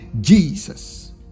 Jesus